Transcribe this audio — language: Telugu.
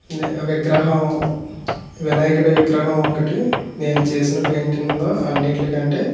విగ్రహం వినాయకుడి విగ్రహం ఒకటి నేను చేసిన పెయింటింగ్లో అన్నింటి కంటే